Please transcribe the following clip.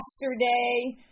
yesterday